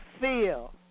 feel